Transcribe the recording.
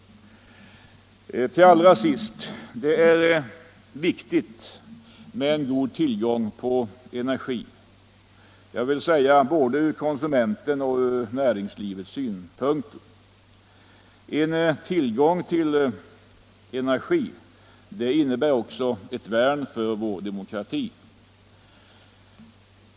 Allra sist: Det är viktigt med en god tillgång på energi från både konsumentens och näringslivets synpunkt. Tillgång på energi innebär också ett värn för vår demokrati.